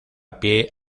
pie